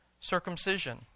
circumcision